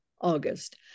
August